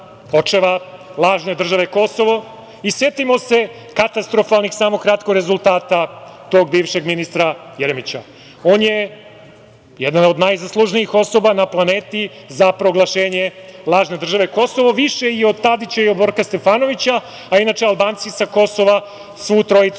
lažne države Kosovo, i setimo se katastrofalnih, samo kratko, rezultata tog bivšeg ministra Jeremića. On je jedan od najzaslužnijih osoba na planeti za proglašenje lažne države Kosovo, više i od Tadića i Borka Stefanovića, a inače Albanci sa Kosova svu trojicu